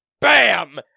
BAM